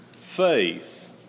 faith